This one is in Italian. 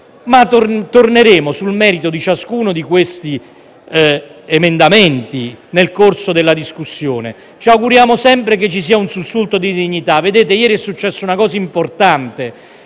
Ma torneremo sul merito di ciascuno di questi emendamenti nel corso della discussione, augurandoci sempre che ci sia un sussulto di dignità. Ieri è accaduta una cosa importante,